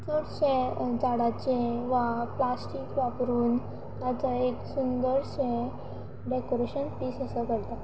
चडशें झाडाचें वा प्लास्टीक वापरून ताचो एक सुंदरशें डेकोरेशन पीस असो करता